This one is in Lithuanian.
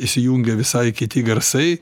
įsijungia visai kiti garsai